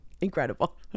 Incredible